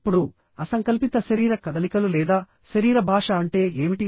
ఇప్పుడు అసంకల్పిత శరీర కదలికలు లేదా శరీర భాష అంటే ఏమిటి